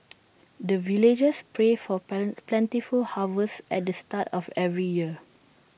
the villagers pray for plan plentiful harvest at the start of every year